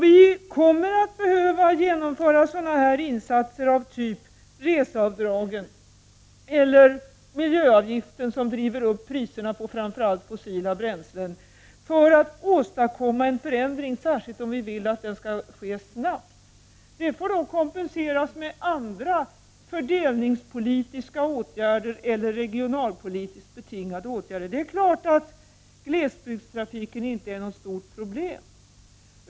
Vikommer att behöva insatser av typ reseavdrag och miljöavgifter, som driver upp priserna på framför allt fossila bränslen, för att åstadkomma en förändning, särskilt om vi vill att den skall ske snabbt. Det får kompenseras med andra fördelningspolitiska åtgärder eller regionalpolitiskt betingade åtgärder. Glesbygdstrafiken utgör naturligtvis inget stort problem.